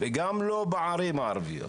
וגם לא בערים הערביות,